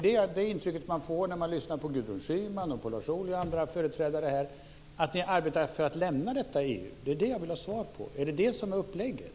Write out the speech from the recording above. Det är det intrycket man får när man lyssnar på Gudrun Schyman, Lars Ohly och andra företrädare. Är det det som är upplägget?